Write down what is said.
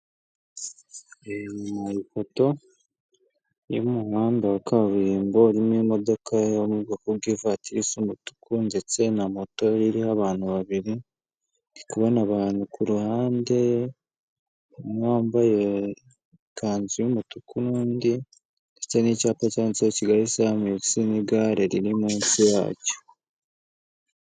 Ipoto yo mu muhanda wa kaburimbo, urimo imodoka yo mubwoko bw'ivatiri isa umutuku, ndetse na moto iriho abantu babiri, ndi kubona abantu ku ruhande umwe wambaye ikanzu y'umutuku n'undi, ndetse n'icyapa cyanditseho Kigali izamutse n'igare riri munsi yacyo.